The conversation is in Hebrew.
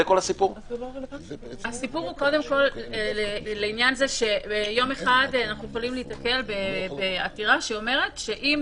הסיפור הוא שיום אחד אנחנו יכולים להיתקל בעתירה שאומרת שאם